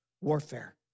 warfare